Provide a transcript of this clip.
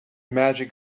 magic